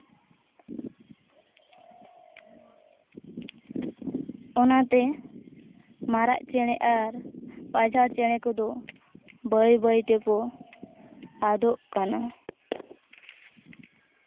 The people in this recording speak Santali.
ᱚᱱᱟᱛᱮ ᱢᱟᱨᱟᱜ ᱪᱮᱬᱮ ᱟᱨ ᱯᱟᱡᱷᱟᱲ ᱪᱮᱬᱮ ᱠᱚᱫᱚ ᱵᱟᱹᱭᱼᱵᱟᱹᱭ ᱛᱮᱠᱚ ᱟᱫᱚᱜ ᱠᱟᱱᱟ